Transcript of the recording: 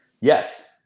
Yes